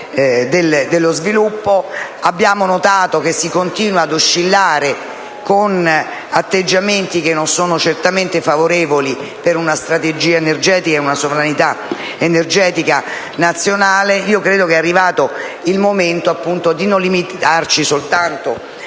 Monti. Abbiamo notato che si continua ad oscillare, con atteggiamenti che non sono certamente favorevoli a una strategia e ad una sovranità energetica nazionale. Ritengo sia arrivato il momento di non limitarci soltanto